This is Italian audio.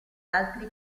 altri